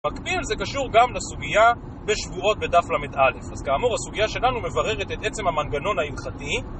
מקביל זה קשור גם לסוגיה בשבועות בדף ל״א, אז כאמור הסוגיה שלנו מבררת את עצם המנגנון ההלכתי